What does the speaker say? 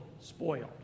spoiled